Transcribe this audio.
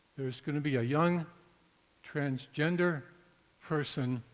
there is going to be a young transgender person